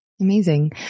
Amazing